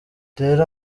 rero